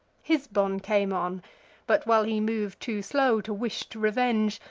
hisbon came on but, while he mov'd too slow to wish'd revenge,